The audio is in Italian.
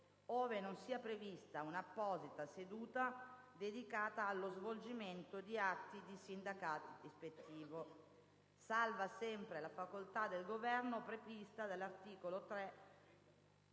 ove non sia prevista un'apposita seduta dedicata allo svolgimento di atti di sindacato ispettivo, salva sempre la facoltà del Governo prevista dal comma 3